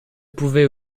pouvait